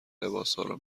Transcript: لباسارو